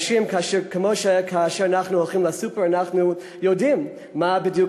כמו שכשאנחנו הולכים לסופר אנחנו יודעים מה בדיוק